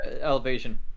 elevation